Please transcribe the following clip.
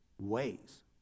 ways